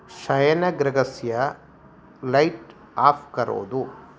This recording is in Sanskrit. शयनगृहस्य लैट् आफ़् करोतु